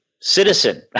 citizen